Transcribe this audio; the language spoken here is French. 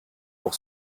pour